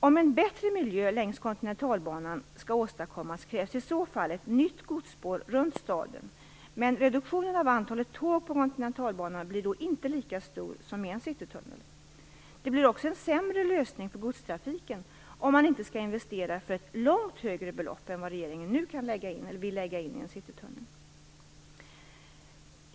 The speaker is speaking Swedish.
Om en bättre miljö längs Kontinentalbanan skall åstadkommas krävs i så fall ett nytt godsspår runt staden, men reduktionen av antalet tåg på Kontinentalbanan blir då inte lika stor som med en citytunnel. Det blir också en sämre lösning för godstrafiken om man inte skall investera för ett långt högre belopp än vad regeringen nu vill lägga in i en citytunnel.